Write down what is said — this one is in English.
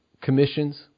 commissions